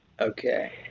Okay